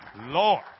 Lord